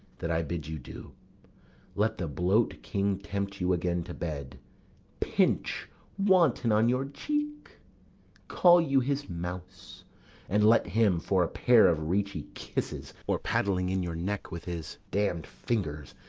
that i bid you do let the bloat king tempt you again to bed pinch wanton on your cheek call you his mouse and let him, for a pair of reechy kisses, or paddling in your neck with his damn'd fingers,